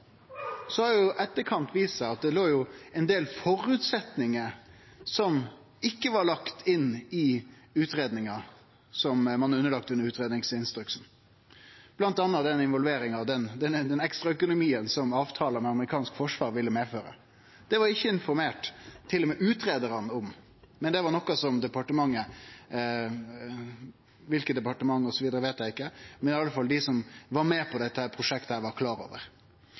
så vist seg at det var ein del føresetnader som ikkje var lagde inn i utgreiinga som ein er underlagd etter utgreiingsinstruksen, bl.a. den involveringa og den ekstraøkonomien som avtalen med amerikansk forsvar ville medføre. Til og med utgreiarane var ikkje informerte om dette, men det var noko departementet – kva departement veit eg ikkje, men iallfall dei som var med på dette prosjektet – var klar over.